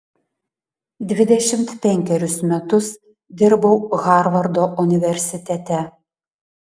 dvidešimt penkerius metus dirbau harvardo universitete